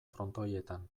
frontoietan